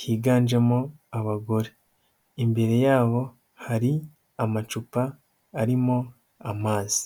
higanjemo abagore, imbere yabo hari amacupa arimo amazi.